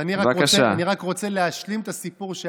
אני רק רוצה להשלים את הסיפור, בקצרה.